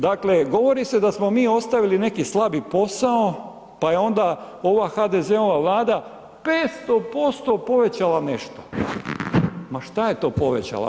Dakle, govori se da smo mi ostavili neki slabi posao pa je onda ova HDZ-ova Vlada 500% povećala nešto, ma šta je to povećala?